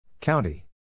County